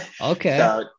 Okay